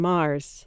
Mars